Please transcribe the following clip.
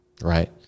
right